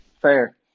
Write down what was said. fair